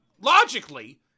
logically